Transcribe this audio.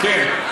כן.